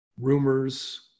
rumors